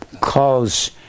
cause